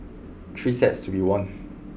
three sets to be won